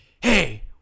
hey